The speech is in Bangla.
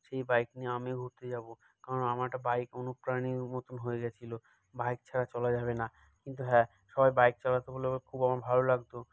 সেই বাইক নিয়ে আমিও ঘুরতে যাব কারণ আমার একটা বাইক অনুপ্রাণের মতন হয়ে গিয়েছিল বাইক ছাড়া চলা যাবে না কিন্তু হ্যাঁ সবাই বাইক চালাত বললে আবার খুব আমার ভালো লাগত